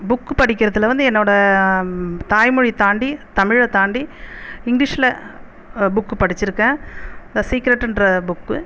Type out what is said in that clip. book படிக்கிறதில் வந்து என்னோட தாய்மொழி தாண்டி தமிழ் தாண்டி இங்கிலீஷில் புக்கு படிச்சிருக்கேன் த சீக்ரெட்டுன்ற புக்கு